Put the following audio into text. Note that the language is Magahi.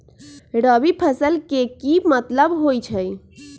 रबी फसल के की मतलब होई छई?